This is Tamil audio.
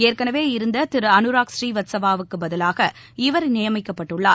ஏற்கெனவே இருந்த திரு அனுராக் ஸ்ரீவத்சவாவுக்கு பதிலாக இவர் நியமிக்கப்பட்டுள்ளார்